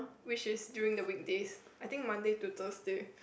which is during the weekdays I think Monday to Thursday